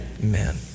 Amen